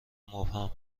مبهم